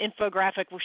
infographic